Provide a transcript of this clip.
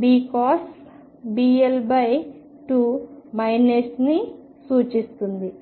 βcos βL2 ని సూచిస్తుంది